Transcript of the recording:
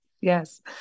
Yes